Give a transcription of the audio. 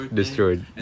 destroyed